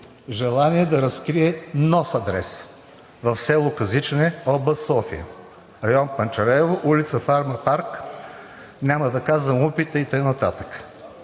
желание да разкрие нов адрес – в село Казичене, област София, район Панчарево, ул. „Фармапарк“. Няма да казвам УПИ и така нататък.